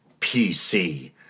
PC